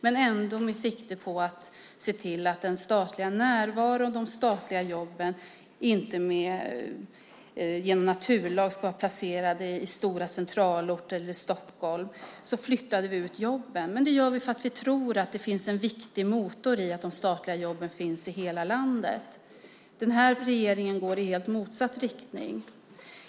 Men de gjordes med sikte på att se till att den statliga närvaron och de statliga jobben inte som av en naturlag ska vara placerade i stora centralorter eller i Stockholm. Vi flyttade ut jobben. Det gjorde vi för att vi tror att det finns en viktig motor i att de statliga jobben finns i hela landet. Den här regeringen går i helt motsatt riktning.